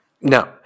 No